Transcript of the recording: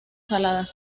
saladas